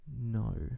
No